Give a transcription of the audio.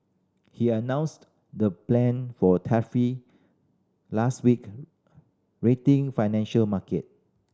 he announced the plan for tariff last week rattling financial market